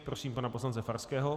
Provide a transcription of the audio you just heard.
Prosím pana poslance Farského.